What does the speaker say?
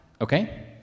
Okay